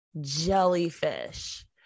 jellyfish